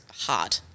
hard